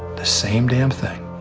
the same damn thing.